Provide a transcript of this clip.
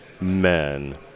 men